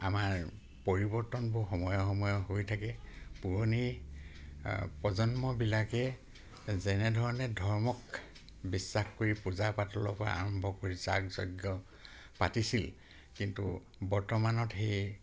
আমাৰ পৰিৱৰ্তনবোৰ সময়ে সময়ে হৈ থাকে পুৰণি আ প্ৰজন্মবিলাকে যেনেধৰণে ধৰ্মক বিশ্বাস কৰি পূজা পাতলৰ পৰা আৰম্ভ কৰি যাগ যজ্ঞ পাতিছিল কিন্তু বৰ্তমানত সেই